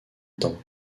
temps